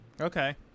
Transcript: Okay